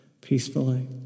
peacefully